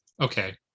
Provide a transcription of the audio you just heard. okay